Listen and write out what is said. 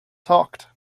talked